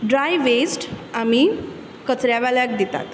dry waste आमी कचऱ्यावाल्याक दितात